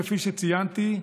כפי שציינתי,